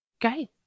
Great